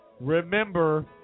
Remember